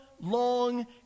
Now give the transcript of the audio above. Long